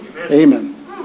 Amen